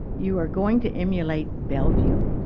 you are going to emulate bellevue?